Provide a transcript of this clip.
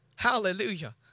Hallelujah